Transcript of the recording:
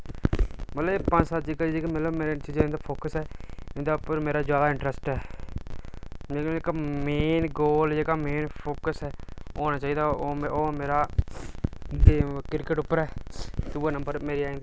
मतलब एह् पंज सत्त चीजां जेह्का मेरा इ'नें चीजें उप्पर जेह्का फोकस ऐ इं'दे उप्पर मेरा जैदा इंटरैस्ट ऐ लेकिन इक मेन गोल जेह्का मेन फोकस होना चाहिदा ओह् मेरा क्रिकेट उप्पर ऐ दूए नम्बर मेरी आई जंदी